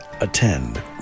Attend